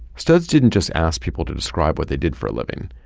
studs didn't just ask people to describe what they did for a living.